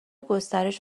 گسترش